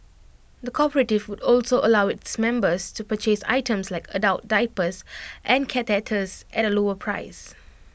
the cooperative would also allow its members to purchase items like adult diapers and catheters at A lower price